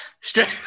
straight